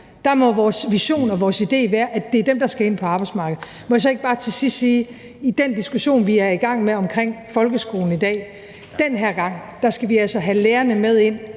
gang må vores vision og vores idé være, at det er dem, der skal ind på arbejdsmarkedet. Må jeg så ikke bare til sidst sige i forhold til den diskussion, vi er i gang med omkring folkeskolen i dag, at vi altså den her gang skal have lærerne med ind